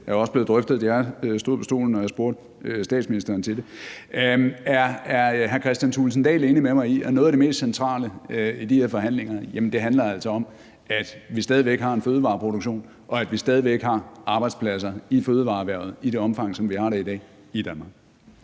det er også blevet drøftet, da jeg stod på talerstolen, og jeg spurgte statsministeren om det. Er hr. Kristian Thulesen Dahl enig med mig i, at noget af det mest centrale i de her forhandlinger handler om, at vi stadig væk har en fødevareproduktion, og at vi stadig væk har arbejdspladser i fødevareerhvervet i det omfang, som vi har det i dag i Danmark?